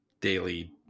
daily